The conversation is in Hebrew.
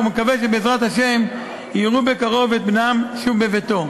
ומקווה שבעזרת השם יראו בקרוב את בנם שוב בביתו.